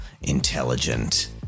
intelligent